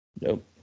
Nope